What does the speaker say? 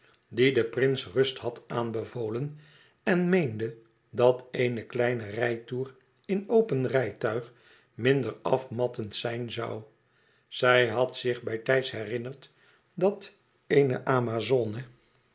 die den prins rust had aanbevolen en meende dat een kleine rijtoer in open rijtuig minder afmattend zijn zoû zij had zich bijtijds herinnerd dat eene amazone